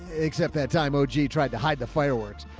except that time. oh, gee. tried to hide the fireworks.